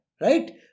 Right